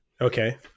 Okay